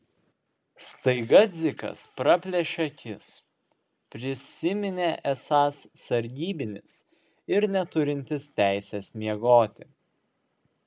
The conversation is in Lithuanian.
staiga dzikas praplėšė akis prisiminė esąs sargybinis ir neturintis teisės miegoti